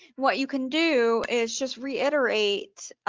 what you can do is just reiterate